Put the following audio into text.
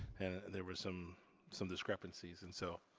and there was some some discrepancies and so,